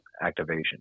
activation